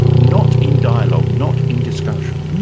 and not in dialogue, not in discussion.